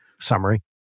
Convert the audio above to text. summary